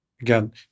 again